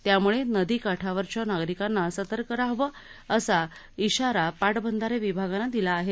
त्यामुळे नदी काठावरच्या नागरिकांनी सतर्क रहावं असा इशारा पाटबंधारे विभागानं दिला आहे